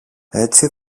έτσι